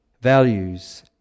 values